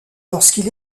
lorsqu’il